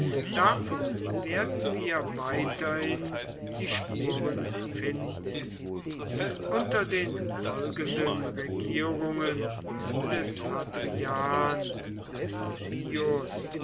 davon werden wir weiterhin die spuren finden unter den folgenden regierungen des hadrian des pius